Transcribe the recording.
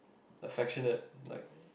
affectionate like